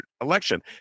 election